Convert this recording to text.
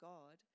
God